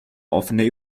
offene